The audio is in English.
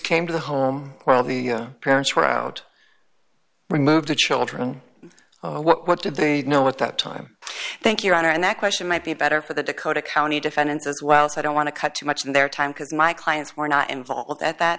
came to the home while the parents were out removed the children or what did they know at that time thank your honor and that question might be better for the dakota county defendants as well so i don't want to cut too much of their time because my clients were not involved at that